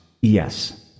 Yes